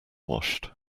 washed